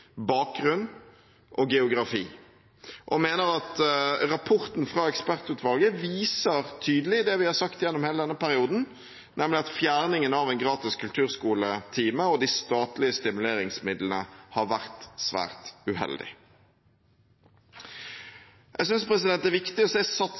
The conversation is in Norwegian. bakgrunn og geografi, og mener at rapporten fra ekspertutvalget viser tydelig det vi har sagt gjennom hele denne perioden, nemlig at fjerningen av en gratis kulturskoletime og de statlige stimuleringsmidlene har vært svært uheldig.